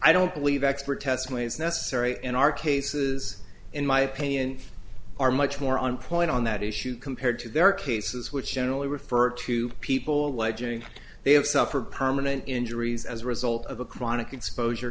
i don't believe expert testimony is necessary in our cases in my opinion are much more on point on that issue compared to their cases which generally refer to people alleging they have suffered permanent injuries as a result of a chronic exposure